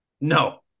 No